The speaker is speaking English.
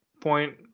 point